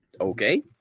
Okay